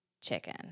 chicken